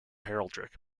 heraldic